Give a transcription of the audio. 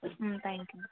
ம் thank you ma'am